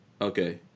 Okay